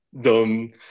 dum